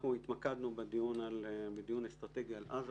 התמקדנו בדיון אסטרטגי על עזה,